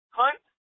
hunt